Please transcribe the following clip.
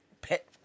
pet